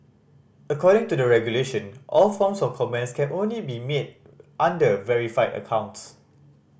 according to the regulation all forms of comments can only be made under verified accounts